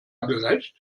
gerecht